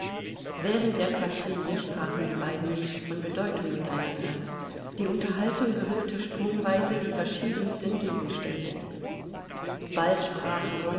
während der quadrille sprachen die beiden nichts von bedeutung miteinander die unterhaltung berührte sprungweise die verschiedensten gegenstände bald sprach